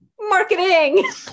marketing